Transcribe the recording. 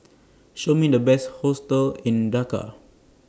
Show Me The Best Hostels in Dhaka